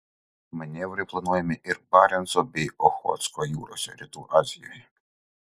manevrai planuojami ir barenco bei ochotsko jūrose rytų azijoje